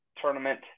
tournament